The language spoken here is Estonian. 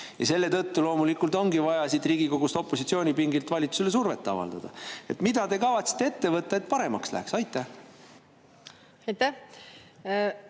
Selle tõttu ongi loomulikult vaja siit Riigikogust opositsiooni pingilt valitsusele survet avaldada. Mida te kavatsete ette võtta, et paremaks läheks? Aitäh,